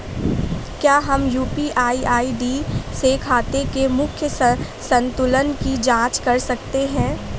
क्या हम UPI ID से खाते के मूख्य संतुलन की जाँच कर सकते हैं?